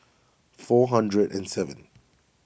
four hundred and seven